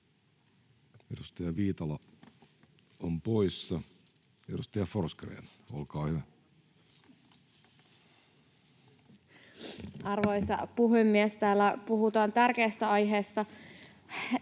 Edustaja Viitala on poissa. — Edustaja Forsgrén, olkaa hyvä. Arvoisa puhemies! Täällä puhutaan tärkeästä aiheesta.